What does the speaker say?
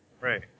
Right